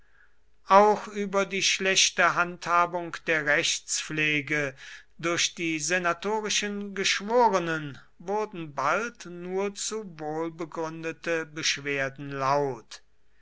auch über die schlechte handhabung der rechtspflege durch die senatorischen geschworenen wurden bald nur zu wohl begründete beschwerden laut